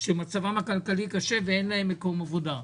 שמצבם הכלכלי קשה ואין להם מקום עבודה.